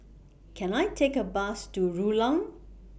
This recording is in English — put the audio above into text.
Can I Take A Bus to Rulang